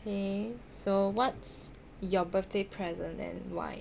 okay so what your birthday present and why